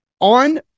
On